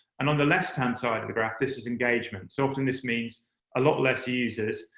and on the left-hand side of the graph, this is engagement. so often this means a lot less users,